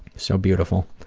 so beautiful.